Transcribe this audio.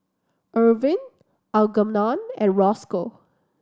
Irvin Algernon and Rosco